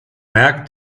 merkt